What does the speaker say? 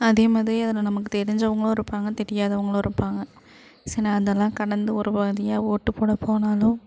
அதேமாதிரி அதில் நமக்கு தெரிஞ்சவங்களும் இருப்பாங்க தெரியாதவங்களும் இருப்பாங்க சரி அதெல்லாம் கடந்து ஒரு வழியா ஓட்டு போட போனாலும்